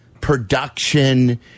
production